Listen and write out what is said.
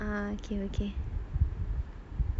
ah okay okay